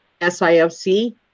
SIFC